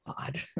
God